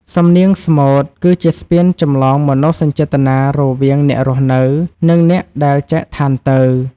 សំនៀងស្មូតគឺជាស្ពានចម្លងមនោសញ្ចេតនារវាងអ្នករស់នៅ និងអ្នកដែលចែកឋានទៅ។